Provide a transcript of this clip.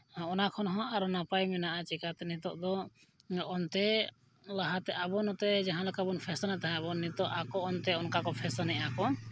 ᱚᱱᱟ ᱠᱷᱚᱱᱦᱚᱸ ᱟᱨᱦᱚᱸ ᱱᱟᱯᱟᱭ ᱢᱮᱱᱟᱜᱼᱟ ᱪᱤᱠᱟᱹᱛᱮ ᱱᱤᱛᱳᱜ ᱫᱚ ᱚᱱᱛᱮ ᱞᱟᱦᱟᱛᱮ ᱟᱵᱚ ᱱᱚᱛᱮ ᱡᱟᱦᱟᱸ ᱞᱮᱠᱟ ᱵᱚᱱ ᱯᱷᱮᱥᱮᱱᱮᱫ ᱠᱟᱱ ᱛᱟᱦᱮᱸ ᱵᱚᱱ ᱱᱤᱛᱳᱜ ᱟᱠᱚ ᱚᱱᱛᱮ ᱚᱱᱠᱟ ᱠᱚ ᱯᱷᱮᱥᱮᱱ ᱮᱫᱟ ᱠᱚ